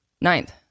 Ninth